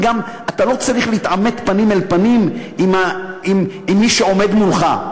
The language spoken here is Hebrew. גם כי אתה לא צריך להתעמת פנים אל פנים עם מי שעומד מולך,